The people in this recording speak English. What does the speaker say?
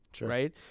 Right